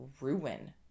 ruin